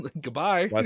goodbye